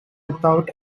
without